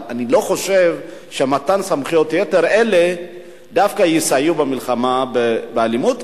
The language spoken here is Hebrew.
אבל אני לא חושב שמתן סמכויות יתר אלה דווקא יסייע במלחמה באלימות.